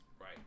Right